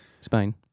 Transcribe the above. Spain